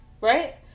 right